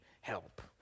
help